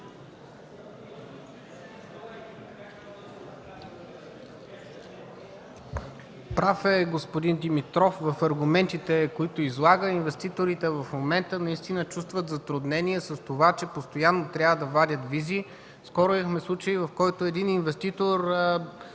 Прав е господин Димитров в аргументите, които излага. Инвеститорите в момента наистина чувстват затруднения с това, че постоянно трябва да вадят визи. Скоро имахме случай, в който един инвеститор